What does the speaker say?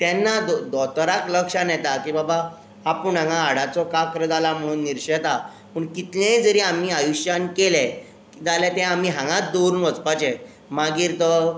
तेन्ना दो दोतोराक लक्षांत येता की बाबा आपूण हांगा हाडाचो काक्र जाला म्हुणून निरशेता पूण कितलेंय जरी आमी आयुश्यान केलें जाल्या तें आमी हांगांत दवरून वचपाचें मागीर तो